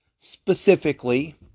specifically